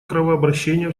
кровообращения